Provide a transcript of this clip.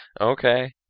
Okay